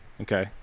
Okay